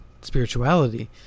spirituality